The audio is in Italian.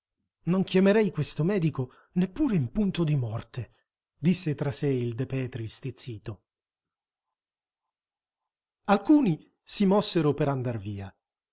non chiamerei questo medico neppure in punto di morte disse tra sé il de petri stizzito alcuni si mossero per andar via